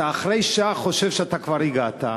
אחרי שעה אתה חושב שכבר הגעת,